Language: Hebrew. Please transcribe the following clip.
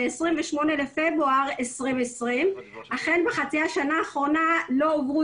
ב-28 בפברואר 2020. אכן בחצי השנה האחרונה לא הועברו